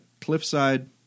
cliffside